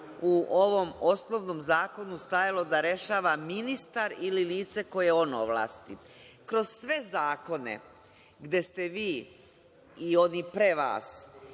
u ovom osnovnom zakonu stajalo da rešava ministar ili lice koje on ovlasti. Kroz sve zakone gde ste vi i oni pre vas,